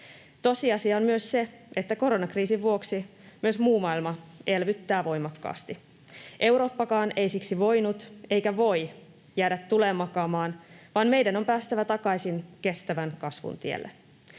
Tosiasia on myös se, että koronakriisin vuoksi myös muu maailma elvyttää voimakkaasti. Eurooppakaan ei siksi voinut eikä voi jäädä tuleen makaamaan, vaan meidän on päästävä takaisin kestävän kasvun tielle,